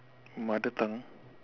mother tongue